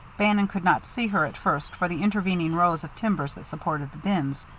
bannon could not see her at first for the intervening rows of timbers that supported the bins.